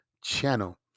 channel